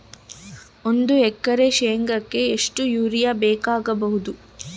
ಒಂದು ಎಕರೆ ಶೆಂಗಕ್ಕೆ ಎಷ್ಟು ಯೂರಿಯಾ ಬೇಕಾಗಬಹುದು?